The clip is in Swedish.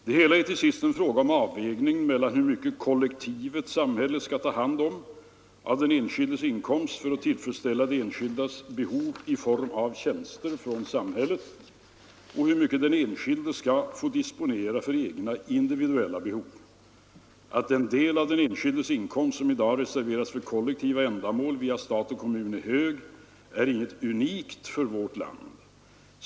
Det hela är till sist en fråga om avvägning mellan hur mycket kollektivet-samhället skall ta hand om av den enskildes inkomst för att tillfredsställa den enskildes behov i form av tjänster från samhället och hur mycket den enskilde skall disponera för egna individuella behov. Att den del av den enskildes inkomst som i dag reserveras för kollektiva ändamål via stat och kommun är hög är inget unikt för vårt land.